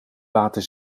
water